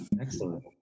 excellent